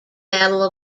medal